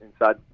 inside